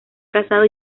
casado